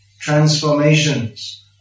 transformations